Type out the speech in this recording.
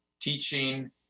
teaching